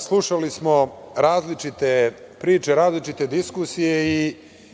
slušali smo različite priče, različite diskusije.